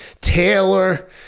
Taylor